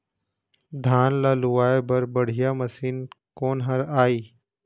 धान ला लुआय बर बढ़िया मशीन कोन हर आइ?